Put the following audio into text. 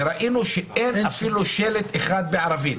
וראינו שאין אפילו שלט אחד בערבית,